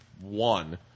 one